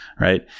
right